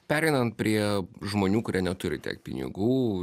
pereinant prie žmonių kurie neturi tiek pinigų